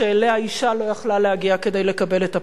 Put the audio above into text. אשה לא יכלה להגיע כדי לקבל את הפרס.